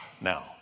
now